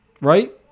Right